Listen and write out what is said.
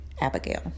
Abigail